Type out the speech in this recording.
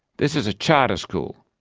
this is a charter school.